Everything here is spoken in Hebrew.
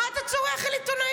מה אתה צורח על עיתונאית?